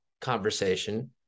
conversation